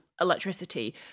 electricity